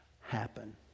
happen